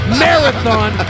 marathon